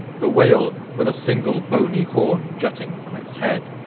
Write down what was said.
the whale with a single bony horn jutting from its head.